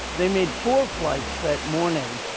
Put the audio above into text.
they made four flights that morning,